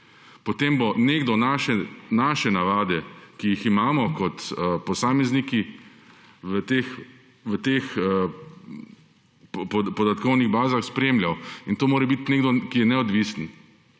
potem bo nekdo naše navade, ki jih imamo kot posamezniki, v teh podatkovnih bazah spremljal. In to mora biti nekdo, ki je neodvisen.